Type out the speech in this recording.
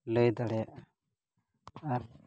ᱞᱟᱹᱭ ᱫᱟᱲᱮᱭᱟᱜᱼᱟ ᱟᱨ